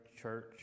church